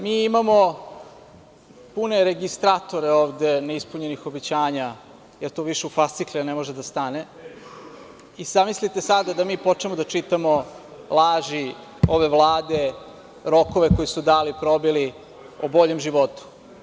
Mi imamo pune registratore neispunjenih obećanja, da to više u fascikle ne može da stane, i zamislite sada da mi počnemo da čitamo laži ove Vlade, rokove koje su dali, probili, o boljem životu.